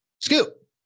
Scoop